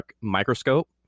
microscope